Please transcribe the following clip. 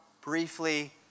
briefly